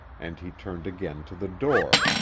and he turned again to the door,